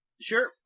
Sure